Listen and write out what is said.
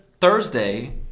Thursday